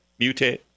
Mutate